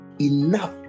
enough